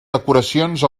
decoracions